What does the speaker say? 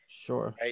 Sure